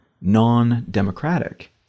non-democratic